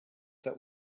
that